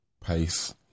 pace